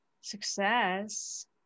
success